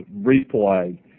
replay